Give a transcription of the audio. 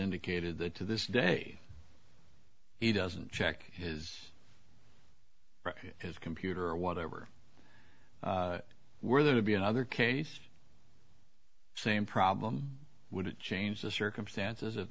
indicated that to this day he doesn't check his his computer or whatever were there to be another case same problem would it change the circumstances of